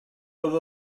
oedd